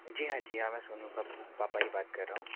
जी हाँ जी हाँ मैं सोनू का पापा ही बात कर रहा हूँ